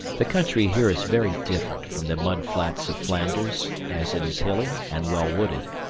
the country here is very different from the mud flats of flanders, as it is hilly and well wooded.